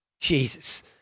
Jesus